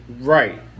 right